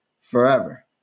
forever